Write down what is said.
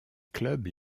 clubs